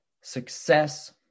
success